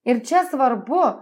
ir čia svarbu